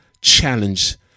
challenge